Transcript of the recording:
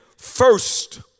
first